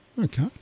Okay